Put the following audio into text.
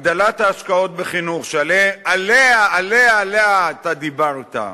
הגדלת ההשקעות בחינוך, שעליה אתה דיברת,